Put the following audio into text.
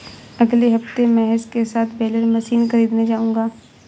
अगले हफ्ते महेश के साथ बेलर मशीन खरीदने जाऊंगा